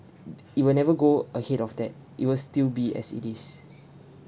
d~ it will never go ahead of that it will still be as it is